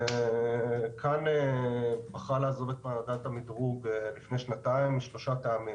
כאן בחרה לעזוב את ועדת המדרוג לפני שנתיים משלושה טעמים.